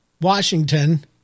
Washington